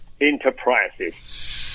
enterprises